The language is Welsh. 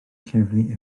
lleddfu